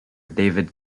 david